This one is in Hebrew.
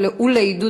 אינה נוכחת.